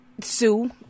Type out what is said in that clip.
Sue